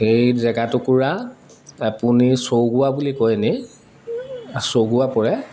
সেই জেগাটুকুৰা আপুনি চৌগোৱা বুলি কয় এনে চৌগোৱা পৰে